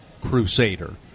crusader